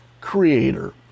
creator